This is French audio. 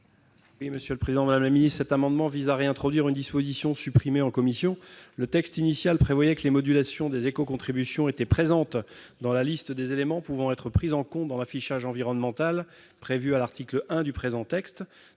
parole est à M. Frédéric Marchand. Cet amendement vise à réintroduire une disposition supprimée en commission. Le texte initial prévoyait que les modulations des éco-contributions étaient présentes dans la liste des éléments pouvant être pris en compte dans l'affichage environnemental prévu à l'article 1 du présent texte.